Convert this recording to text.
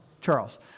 Charles